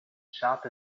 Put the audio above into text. shop